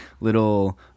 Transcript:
little